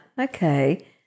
okay